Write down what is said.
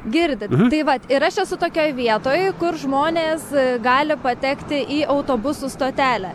girdi tai vat ir aš esu tokioj vietoj kur žmonės gali patekti į autobusų stotelę